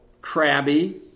crabby